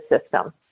system